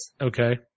Okay